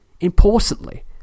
Importantly